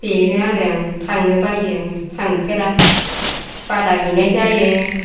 बेनो आरो आं थांनो बायो आङो थांफेरा बादा हैनाय जायो